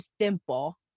simple